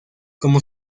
como